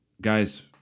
guys